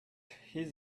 his